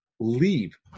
Leave